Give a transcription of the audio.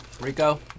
Rico